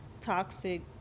toxic